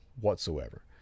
whatsoever